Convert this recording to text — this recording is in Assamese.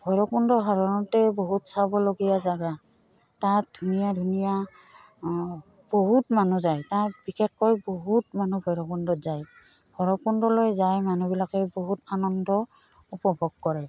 ভৈৰৱকুণ্ড সাধাৰণতে বহুত চাবলগীয়া জাগা তাত ধুনীয়া ধুনীয়া বহুত মানুহ যায় তাত বিশেষকৈ বহুত মানুহ ভৈৰৱকুণ্ডত যায় ভৈৰৱকুণ্ডলৈ যায় মানুহবিলাকে বহুত আনন্দ উপভোগ কৰে